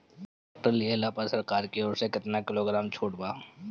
Tractor लिहला पर सरकार की ओर से केतना किलोग्राम छूट बा?